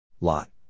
Lot